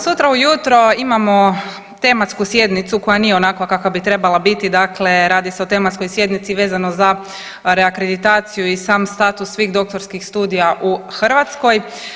Sutra u jutro imamo tematsku sjednicu koja nije onakva kakva bi trebala biti, dakle radi se o tematskoj sjednici vezano za reakreditaciju i sam status svih doktorskih studija u Hrvatskoj.